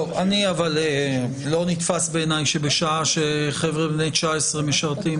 לא נתפס בעיניי שבשעה שחבר'ה בני 19 משרתים